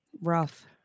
rough